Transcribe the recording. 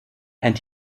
and